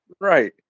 Right